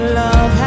love